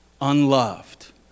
unloved